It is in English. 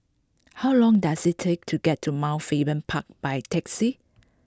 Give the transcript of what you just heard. how long does it take to get to Mount Faber Park by taxi